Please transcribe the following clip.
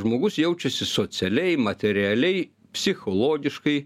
žmogus jaučiasi socialiai materialiai psichologiškai